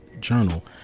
Journal